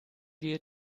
wir